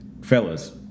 fellas